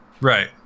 right